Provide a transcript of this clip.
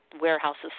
warehouses